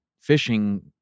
fishing